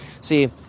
See